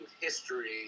history